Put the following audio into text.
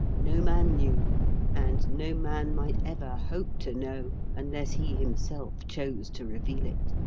no man knew and no man might ever hope to know unless he himself chose to reveal it.